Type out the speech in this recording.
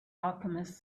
alchemist